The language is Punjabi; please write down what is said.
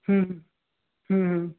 ਹੂੰ ਹੂੰ ਹੂੰ